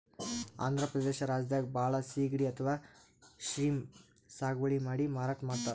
ಆಂಧ್ರ ಪ್ರದೇಶ್ ರಾಜ್ಯದಾಗ್ ಭಾಳ್ ಸಿಗಡಿ ಅಥವಾ ಶ್ರೀಮ್ಪ್ ಸಾಗುವಳಿ ಮಾಡಿ ಮಾರಾಟ್ ಮಾಡ್ತರ್